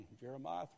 Jeremiah